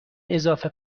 اضافه